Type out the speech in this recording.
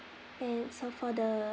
and so for the